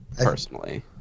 personally